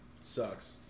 sucks